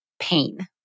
pain